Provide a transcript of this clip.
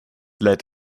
led